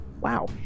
Wow